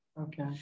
Okay